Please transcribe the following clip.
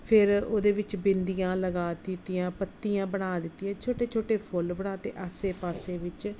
ਫਿਰ ਉਹਦੇ ਵਿੱਚ ਬਿੰਦੀਆਂ ਲਗਾ ਦਿੱਤੀਆਂ ਪੱਤੀਆਂ ਬਣਾ ਦਿੱਤੀਆਂ ਛੋਟੇ ਛੋਟੇ ਫੁੱਲ ਬਣਾ ਅਤੇ ਆਸੇ ਪਾਸੇ ਵਿੱਚ